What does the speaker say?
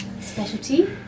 Specialty